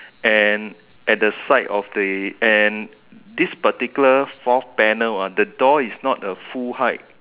and at the side of the and this particular fourth panel ah the door is not a full height